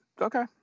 Okay